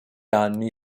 anni